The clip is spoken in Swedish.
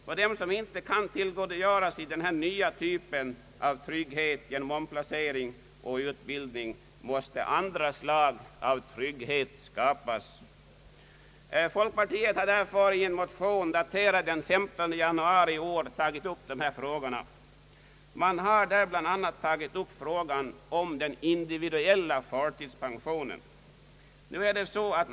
För dem som inte kan tillgodogöra sig denna nya typ av trygghet — således trygghet genom omplacering och utbildning — måste andra slag av trygghet skapas. Folkpartiet har i en motion, daterad den 135 januari i år, tagit upp dessa frågor. Där har bland annat tagits upp frågan om den individuella förtidspensionen.